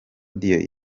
dion